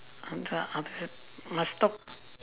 அதான் அவ:athaan ava must talk